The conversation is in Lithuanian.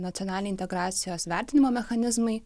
nacionaliniai integracijos vertinimo mechanizmai